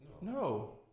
No